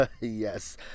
Yes